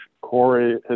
Corey